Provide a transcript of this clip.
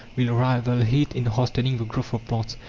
will rival heat in hastening the growth of plants.